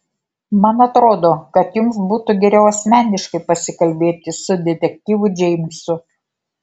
man atrodo kad jums būtų geriau asmeniškai pasikalbėti su detektyvu džeimsu